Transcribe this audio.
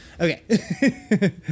Okay